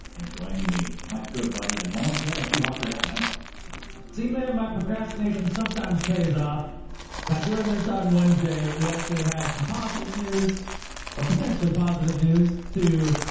and joining me, my good buddy and montana sea hawker, adam emmert. adam see, man, my procrastination sometimes pays off by doing this on wednesday. we actually have some positive news or potentially positive news too.